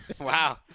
Wow